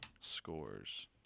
scores